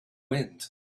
wind